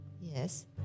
Yes